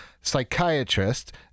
psychiatrist